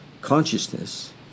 Consciousness